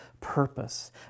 purpose